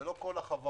שלא כל החברות